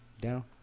Down